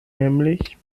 nämlich